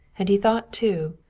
and he thought, too,